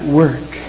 work